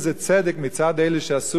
מה אתה רוצה מאותם ערבים שיושבים